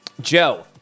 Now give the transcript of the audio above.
Joe